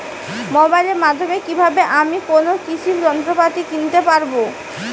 মোবাইলের মাধ্যমে কীভাবে আমি কোনো কৃষি যন্ত্রপাতি কিনতে পারবো?